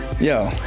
Yo